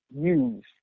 use